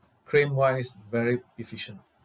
claim wise very efficient